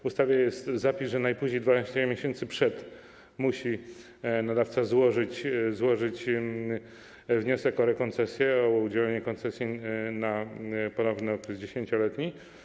W ustawie jest zapis, że najpóźniej 12 miesięcy przed upływem koncesji nadawca musi złożyć wniosek o rekoncesję, o udzielenie koncesji na ponowny okres 10-letni.